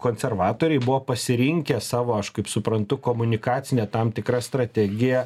konservatoriai buvo pasirinkę savo aš kaip suprantu komunikacinę tam tikrą strategiją